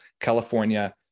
California